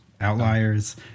Outliers